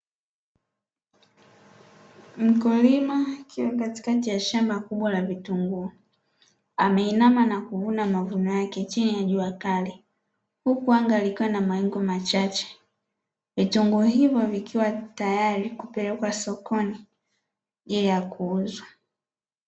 Mkulima akiwa katikati ya shamba kubwa la vitunguu, ameinama na kuvuna mavuno yake chini ya jua kali, huku anga likiwa na mawingu machache. Vitunguu hivyo vikiwa tayari kupelekwa sokoni kwa ajili ya kuuzwa.